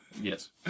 Yes